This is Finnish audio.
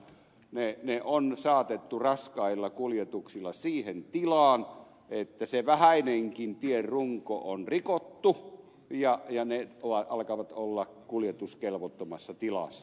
ne on saatettu raskailla kuljetuksilla siihen tilaan että se vähäinenkin tienrunko on rikottu ja ne alkavat olla kuljetuskelvottomassa tilassa